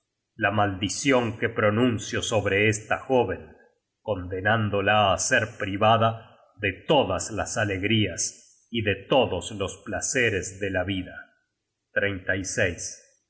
la maldicion que pronuncio sobre esta jóven condenándola á ser privada de todas las alegrías y de todos los placeres de la vida